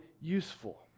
useful